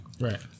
right